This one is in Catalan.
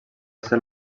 ser